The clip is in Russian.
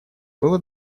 было